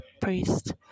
priest